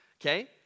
okay